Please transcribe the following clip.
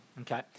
Okay